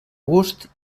gust